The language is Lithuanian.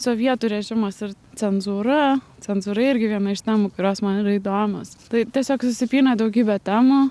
sovietų režimas ir cenzūra cenzūra irgi viena iš temų kurios man yra įdomios tai tiesiog susipynę daugybė temų